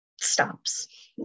stops